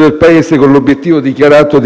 della Conferenza nazionale